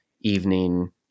evening